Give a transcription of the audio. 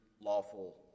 lawful